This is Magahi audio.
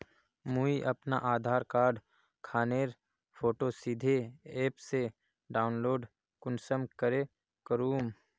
मुई अपना आधार कार्ड खानेर फोटो सीधे ऐप से डाउनलोड कुंसम करे करूम?